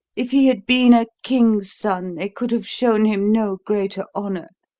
if he had been a king's son they could have shown him no greater honour.